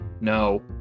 No